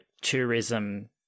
tourism